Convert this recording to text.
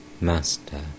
Master